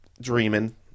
dreaming